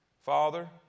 Father